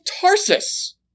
Tarsus